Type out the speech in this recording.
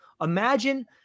Imagine